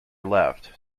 left